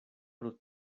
pro